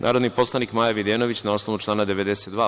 Narodni poslanik Maja Videnović, na osnovu člana 92.